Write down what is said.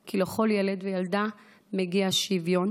כי לכל ילד וילדה מגיע שוויון.